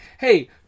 hey